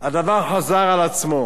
הדבר חזר על עצמו.